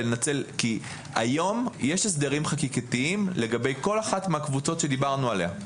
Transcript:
כי היום יש הסדרים חקיקתיים לגבי כל אחת מהקבוצות שדיברנו עליה.